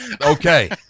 okay